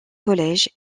collèges